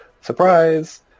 surprise